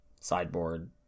sideboard